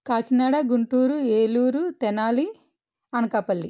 Kakinada Guntur Eluru Tenali Anakapalli